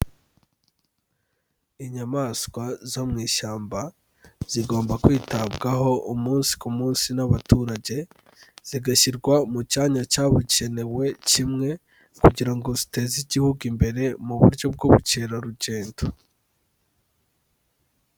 Inyamaswa zo mu ishyamba, zigomba kwitabwaho umunsi ku munsi n'abaturage, zigashyirwa mu cyanya cyabukenewe kimwe, kugira ngo ziteze igihugu imbere mu buryo bw'ubukerarugendo.